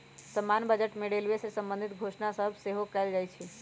समान्य बजटे में रेलवे से संबंधित घोषणा सभ सेहो कएल जाइ छइ